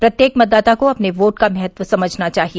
प्रत्येक मतदाता को अपने वोट के महत्व को समझना चाहिए